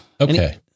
okay